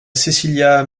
cecilia